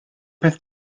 peth